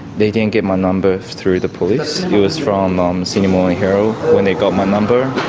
they didn't get my number through the police. it was from um sydney morning herald when they got my number.